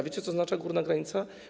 Wiecie, co oznacza górna granica?